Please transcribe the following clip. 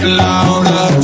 louder